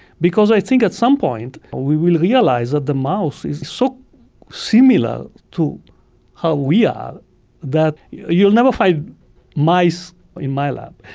because i think at some point we will realise that the mouse is so similar to how we are that, you'll never find mice in my lab.